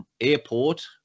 airport